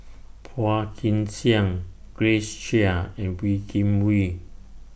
Phua Kin Siang Grace Chia and Wee Kim Wee